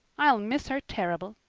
i'll miss her terrible.